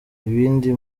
ibindi